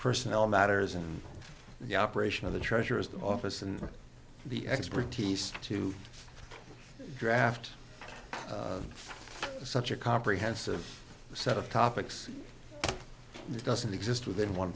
personnel matters and the operation of the treasurer's office and the expertise to draft such a comprehensive set of topics doesn't exist within one